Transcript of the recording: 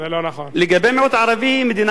לגבי המיעוט הערבי, המדינה גזענית.